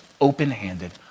open-handed